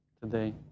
today